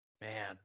man